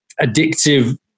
addictive